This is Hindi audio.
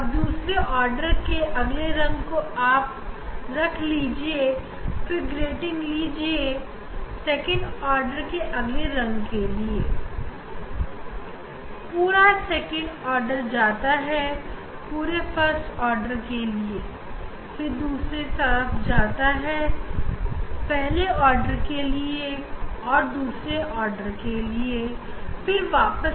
अब इस दूसरे ऑर्डर के अगले रंग चलते हैं और उस रीडिंग ले इस हम पूरे दूसरी ऑर्डर और पहले आर्डर की रीडिंग लेते हुए तरफ जाएंगे और वहां के भी पहले और दूसरे ऑर्डर की रीडिंग लेंगे